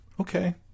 Okay